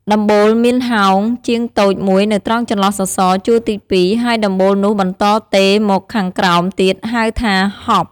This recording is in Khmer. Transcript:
ដំបូលមានហោជាងតូចមួយនៅត្រង់ចន្លោះសសរ ជួរទី២ ហើយដំបូលនោះបន្តទេរមកខាងក្រោមទៀត ហៅថា “ហប់” ។